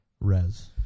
Res